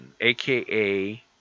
aka